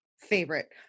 favorite